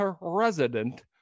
resident